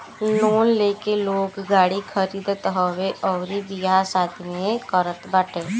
loan लेके लोग गाड़ी खरीदत हवे अउरी बियाह शादी भी करत बाटे